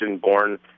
born